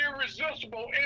irresistible